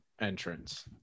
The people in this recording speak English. entrance